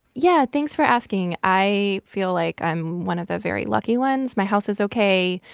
yeah, thanks for asking. i feel like i'm one of the very lucky ones. my house is ok.